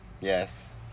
yes